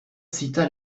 cita